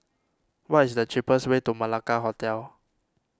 what is the cheapest way to Malacca Hotel